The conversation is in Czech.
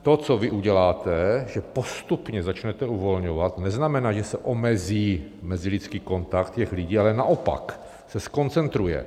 To, co vy uděláte, že postupně začnete uvolňovat, neznamená, že se omezí mezilidský kontakt těch lidí, ale naopak se zkoncentruje.